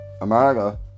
America